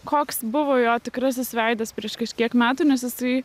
koks buvo jo tikrasis veidas prieš kažkiek metų nes jisai